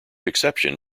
exception